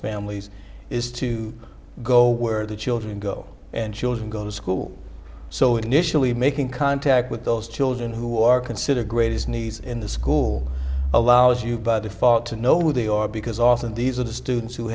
families is to go where the children go and children go to school so initially making contact with those children who are considered greatest needs in the school allows you by the font to know who they are because often these are the students who